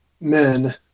men